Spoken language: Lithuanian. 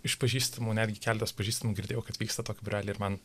iš pažįstamų netgi keletas pažįstamų girdėjau kad vyksta tokie būreliai ir man